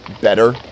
better